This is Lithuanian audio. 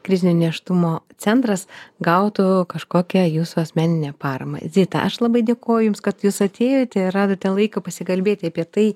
krizinio nėštumo centras gautų kažkokią jūsų asmeninę paramą zita aš labai dėkoju jums kad jūs atėjote ir radote laiko pasikalbėti apie tai